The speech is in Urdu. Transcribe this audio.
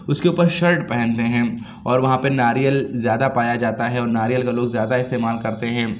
اس کے اوپر شرٹ پہنتے ہیں اور وہاں پہ ناریل زیادہ پایا جاتا ہے اور ناریل کا لوگ زیادہ استعمال کرتے ہیں